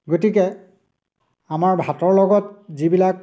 গতিকে আমাৰ ভাতৰ লগত যিবিলাক